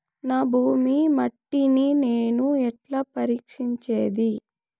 నా భూమి మట్టిని నేను ఎట్లా పరీక్షించేది?